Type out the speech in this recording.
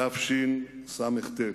תשס"ט.